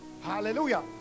Hallelujah